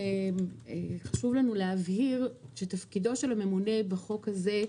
--- חשוב לנו להבהיר שתפקידו של הממונה בחוק הזה,